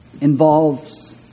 involves